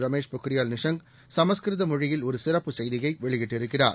ரமேஷ்பொக்ரியால்நிஷாங் சமஸ்கிருதமொழியில்ஒருசிறப்புச்செய்தியைவெளியிட்டிருக் கிறார்